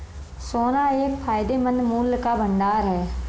सोना एक फायदेमंद मूल्य का भंडार है